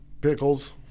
pickles